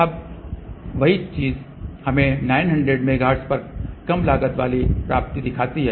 अब वही चीज हमें 900 मेगाहर्ट्ज पर कम लागत वाली प्राप्ति दिखाती है